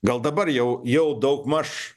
gal dabar jau jau daugmaž